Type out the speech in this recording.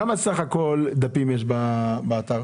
כמה דפים בסך הכול יש באתר?